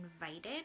invited